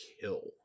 kill